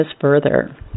further